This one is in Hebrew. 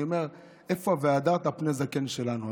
אני אומר: איפה "והדרת פני זקן" שלנו?